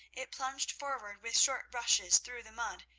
it plunged forward with short rushes through the mud,